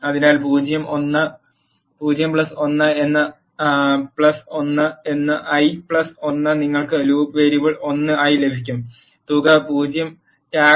അതിനാൽ 0 1 എന്ന 1 എന്ന ഐ 1 നിങ്ങൾക്ക് ലൂപ്പ് വേരിയബിൾ 1 ആയി ലഭിക്കും തുക 0 TAG1 1 ആണ്